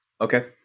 Okay